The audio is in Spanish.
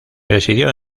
presidió